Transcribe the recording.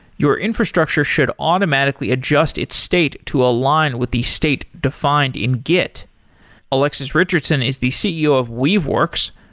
your infrastructure should automatically adjust its state to align with the state defined in git alexis richardson is the ceo of weaveworks,